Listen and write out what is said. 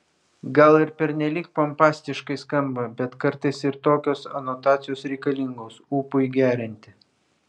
gal ir pernelyg pompastiškai skamba bet kartais ir tokios anotacijos reikalingos ūpui gerinti